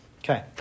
Okay